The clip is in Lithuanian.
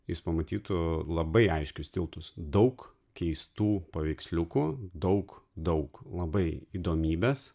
jis pamatytų labai aiškius tiltus daug keistų paveiksliukų daug daug labai įdomybes